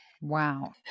Wow